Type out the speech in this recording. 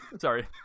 Sorry